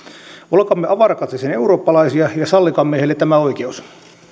olkaamme avarakatseisen eurooppalaisia ja sallikaamme tämä oikeus